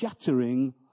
shattering